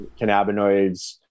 cannabinoids